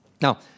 Now